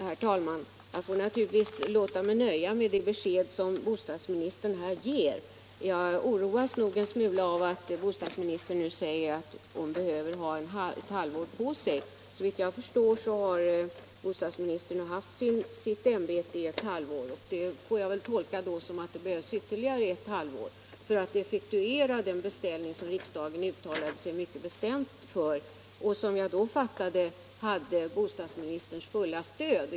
Herr talman! Jag får naturligtvis låta mig nöja med det besked som bostadsministern ger. Jag oroas nog en smula av att bostadsministern säger att hon behöver ha ett halvår på sig. Bostadsministern har nu haft sitt ämbete i ett halvår, men tydligen behöver hon ytterligare ett halvår för att effektuera den beställning som riksdagen gjorde och som, efter vad jag fattade, hade bostadsministerns fulla stöd.